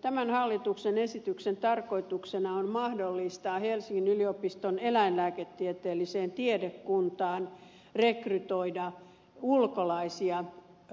tämän hallituksen esityksen tarkoituksena on mahdollistaa helsingin yliopiston eläinlääketieteelliselle tiedekunnalle rekrytoida